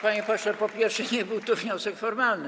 Panie pośle, po pierwsze, nie był to wniosek formalny.